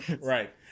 right